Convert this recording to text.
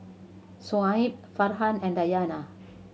Shoaib Farhan and Dayana